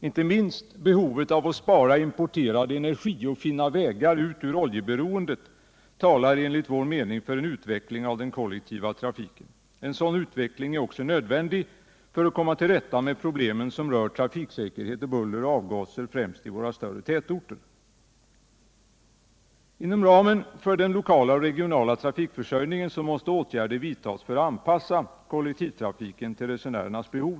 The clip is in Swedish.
Inte minst behovet att spara på importerade energislag och att finna vägar ut ur oljeberoendet talar enligt vår mening för en utveckling av den kollektiva trafiken. En sådan utveckling är också nödvändig, om vi skall kunna komma till rätta med de problem som rör trafiksäkerhet, buller och avgaser, främst i våra större tätorter. Inom ramen för den lokala och regionala trafikförsörjningen måste åtgärder vidtas för att anpassa kollektivtrafiken till resenärernas behov.